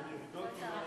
חברת הכנסת מירי רגב,